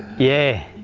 yeah,